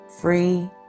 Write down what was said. free